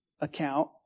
account